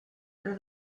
their